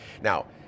Now